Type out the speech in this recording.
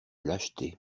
lâcheté